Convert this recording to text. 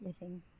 living